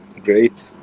Great